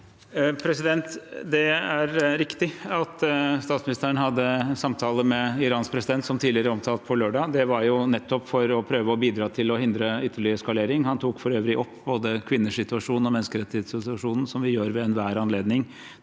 Det er riktig at statsministeren hadde samtale med Irans president, som tidligere omtalt, på lørdag. Det var jo nettopp for å prøve å bidra til å hindre ytterligere eskalering. Han tok for øvrig opp både kvinners situasjon og menneskerettighetssituasjonen, som vi gjør ved enhver anledning